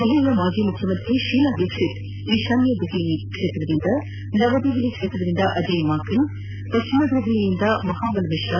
ದೆಹಲಿಯ ಮಾಜಿ ಮುಖ್ಯಮಂತ್ರಿ ಶೀಲಾ ದೀಕ್ಷಿತ್ ಈಶಾನ್ಯ ದೆಹಲಿ ಕ್ಷೇತ್ರದಿಂದ ನವದೆಹಲಿ ಕ್ಷೇತ್ರದಿಂದ ಅಜಯ್ ಮಾಕೆನ್ ಪಶ್ಚಿಮ ದೆಹಲಿಯಿಂದ ಮಹಾಬಲ್ ಮಿಶ್ರ